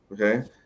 Okay